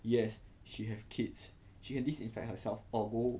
yes she have kids she can disinfect herself or go